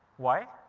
why?